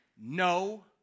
No